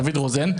דוד רוזן,